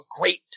great